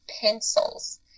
pencils